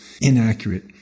inaccurate